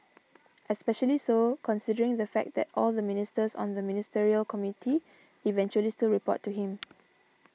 especially so considering the fact that all the ministers on the ministerial committee eventually still report to him